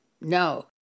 No